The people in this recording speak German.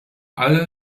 alle